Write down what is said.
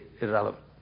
irrelevant